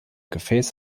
gefäß